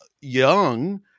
young